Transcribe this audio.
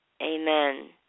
Amen